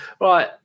right